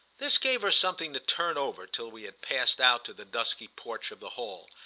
this gave her something to turn over till we had passed out to the dusky porch of the hall,